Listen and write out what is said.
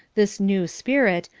this new spirit,